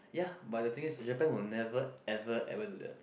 ya but the things is Japan will never ever ever do that